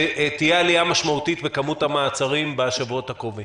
שתהיה עלייה משמעותית בכמות המעצרים בשבועות הקרובים?